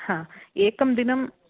हा एकं दिनम्